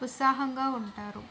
ఉత్సాహంగా ఉంటారు